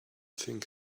think